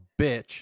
bitch